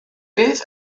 beth